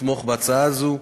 לתמוך בהצעה הזו,